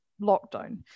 lockdown